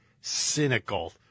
cynical